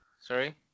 sorry